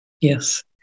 Yes